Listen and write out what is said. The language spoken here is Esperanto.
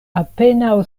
apenaŭ